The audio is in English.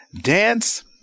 dance